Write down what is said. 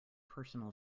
personal